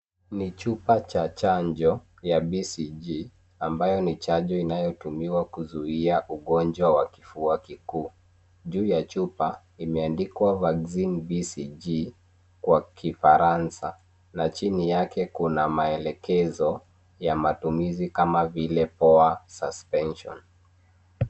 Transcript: Ni chupa cha chanjo ya [cs ] BCG[cs ] ambayo ni chanjo inayo tumika kuzuia ugonjwa wa kifua kikuu. Juu ya chupa imeandikwa [cs ] vaccine BCG [cs ] kwa kifaransa na chini yake kuna maelekezo ya matumizi kama[cs ] poa sustention[cs ].